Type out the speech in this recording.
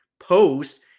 post